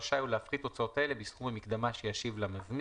רשאי הוא להפחית הוצאות אלה מסכום המקדמה שישיב למזמין,